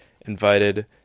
invited